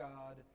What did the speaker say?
God